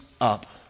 up